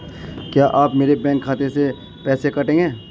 क्या आप मेरे बैंक खाते से पैसे काटेंगे?